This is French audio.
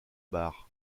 bar